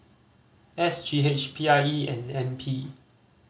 S G H P I E and N P